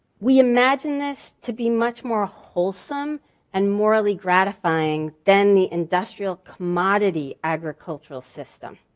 we imagine this to be much more wholesome and morally gratifying than the industrial commodity agricultural system.